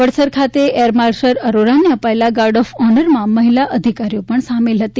વડસર ખાતે air marshal અરોરાને અપાયેલા ગાર્ડ ઓફ ઓનરમાં મહિલા અધિકારીઓ પણ સામેલ હતી